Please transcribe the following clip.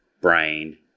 brain